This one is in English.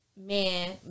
man